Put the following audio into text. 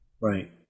Right